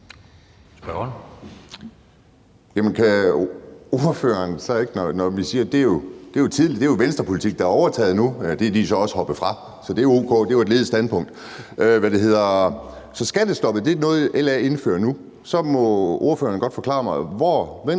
skattestoppet er noget, LA indfører nu. Så må ordføreren godt forklare mig, hvor skatterne